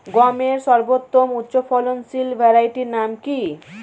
গমের সর্বোত্তম উচ্চফলনশীল ভ্যারাইটি নাম কি?